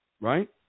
right